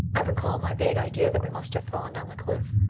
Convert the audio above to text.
i recall my vague idea that we must have fallen down the cliff.